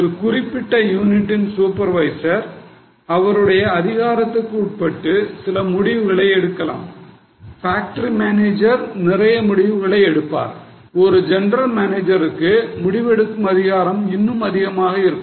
ஒரு குறிப்பிட்ட யூனிட்டின் சூப்பர்வைசர் அவருடைய அதிகாரத்துக்கு உட்பட்டு சில முடிவுகளை எடுக்கலாம் பாக்டரி மேனேஜர் நிறைய முடிவுகளை எடுப்பார் ஒரு ஜெனரல் மேனேஜருக்கு முடிவெடுக்கும் அதிகாரம் இன்னும் அதிகமாக இருக்கும்